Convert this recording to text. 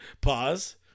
Pause